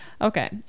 Okay